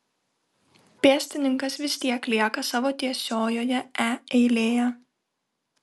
pėstininkas vis tiek lieka savo tiesiojoje e eilėje